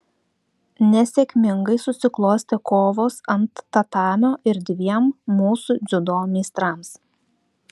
nesėkmingai susiklostė kovos ant tatamio ir dviem mūsų dziudo meistrams